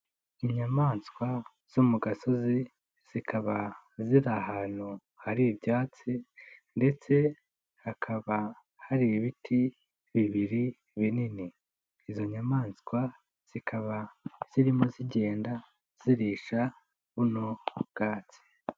Inyamaswa zo mu gasozi, zikaba ziri ahantu hari ibyatsi ndetse hakaba hari ibiti bibiri binini. Izo nyamaswa zikaba zirimo zigenda zirisha buno bwatsi.